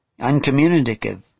uncommunicative